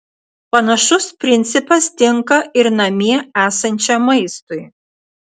panašus principas tinka ir namie esančiam maistui